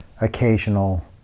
occasional